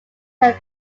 can